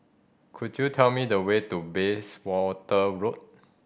could you tell me the way to Bayswater Road